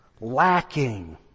lacking